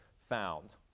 found